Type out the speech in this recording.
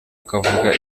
akavuga